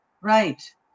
Right